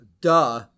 Duh